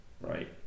right